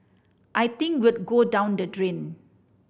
I think we'd go down the drain